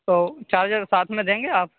تو چارجر ساتھ میں دیں گے آپ